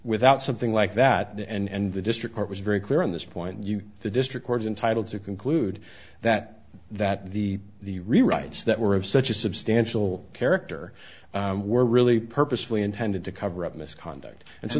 without something like that and the district court was very clear on this point you the district court entitle to conclude that that the the rights that were of such a substantial character were really purposefully intended to cover up misconduct and so